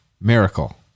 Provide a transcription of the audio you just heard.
miracle